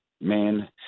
Man